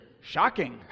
shocking